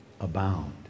abound